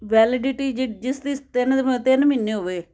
validity ਜਿ ਜਿਸ ਤਿੰਨ ਤਿੰਨ ਮਹੀਨੇ ਹੋਵੇ